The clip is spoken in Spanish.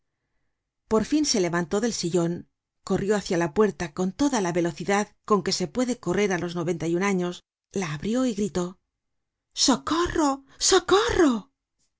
por fin se levantó del sillon corrió hácia la puerta con toda la velocidad con que se puede correr á los noventa y un años la abrió y gritó socorro socorro